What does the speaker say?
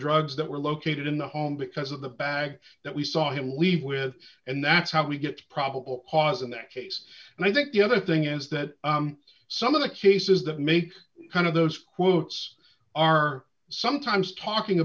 drugs that were located in the home because of the bag that we saw him leave with and that's how we get to probable cause in that case and i think the other thing is that some of the cases that make kind of those quotes are sometimes talking